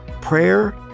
Prayer